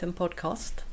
podcast